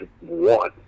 one